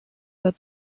der